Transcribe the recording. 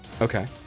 Okay